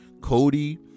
Cody